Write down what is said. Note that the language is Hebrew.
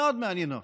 מאוד מעניינות.